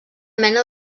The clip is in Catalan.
mena